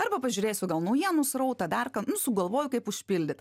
arba pažiūrėsiu gal naujienų srautą dar ką sugalvojau kaip užpildyt